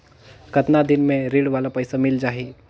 कतना दिन मे ऋण वाला पइसा मिल जाहि?